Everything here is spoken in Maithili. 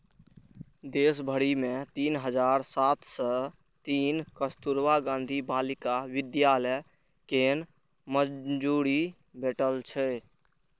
देश भरि मे तीन हजार सात सय तीन कस्तुरबा गांधी बालिका विद्यालय कें मंजूरी भेटल छै